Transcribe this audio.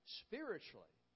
spiritually